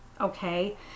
Okay